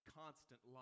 constant